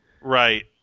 Right